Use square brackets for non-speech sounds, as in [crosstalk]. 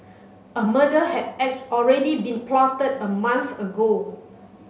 a murder had [unintelligible] already been plotted a month ago